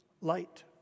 light